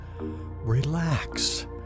Relax